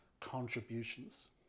contributions